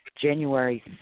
January